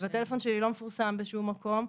והטלפון שלי לא מפורסם בשום מקום,